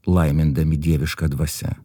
laimindami dieviška dvasia